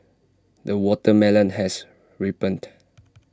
the watermelon has ripened